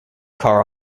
car